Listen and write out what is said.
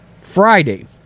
Friday